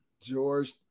George